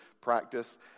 practice